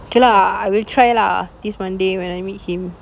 okay lah I will try lah this monday when I meet him